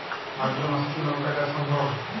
ভাদ্র মাসে কি লঙ্কা চাষ সম্ভব?